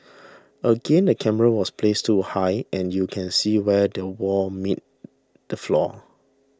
again the camera was placed too high and you can see where the wall meets the floor